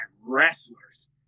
wrestlers